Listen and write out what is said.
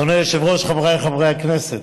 אדוני היושב-ראש, חבריי חברי הכנסת,